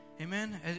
Amen